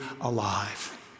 alive